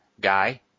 guy